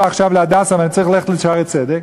עכשיו ל"הדסה" ואני צריך ללכת ל"שערי צדק",